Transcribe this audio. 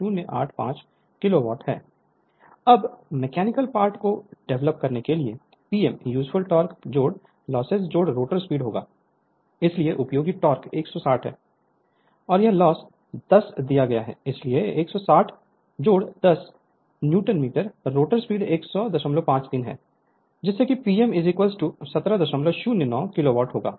Refer Slide Time 1004 अब mechanical part को develop करने के लिए P m useful torque losses rotor speed होगा इसलिए उपयोगी टोक़ 160 है और यह लॉस 10 दिया गया है इसलिए 16010 न्यूटन मीटर रोटर स्पीड 10053 है जिससे Pm 1709 किलो वाट होगा